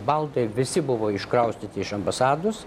baldai visi buvo iškraustyti iš ambasados